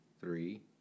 three